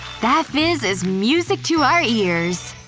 that fizz is music to our ears!